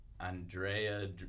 Andrea